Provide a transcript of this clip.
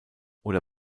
oder